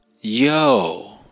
Yo